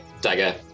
dagger